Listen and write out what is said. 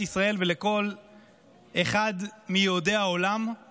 ישראל ושל כל אחד מיהודי העולם הוא